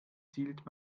zielt